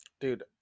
dude